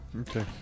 Okay